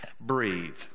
breathe